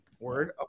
Word